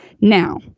Now